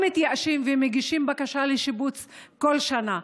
מתייאשים ומגישים בקשה לשיבוץ כל שנה?